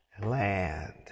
land